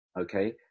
Okay